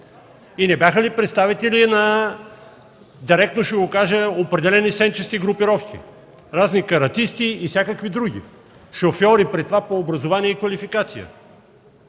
и не бяха ли представители на – директно ще го кажа, определени сенчести групировки – разни каратисти, всякакви други, шофьори, при това, по образование и квалификация!